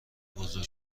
بزرگ